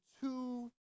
two